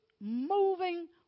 moving